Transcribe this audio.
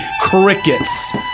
Crickets